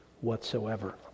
whatsoever